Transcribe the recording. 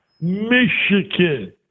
Michigan